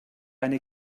eine